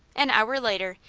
an hour later,